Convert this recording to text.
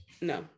No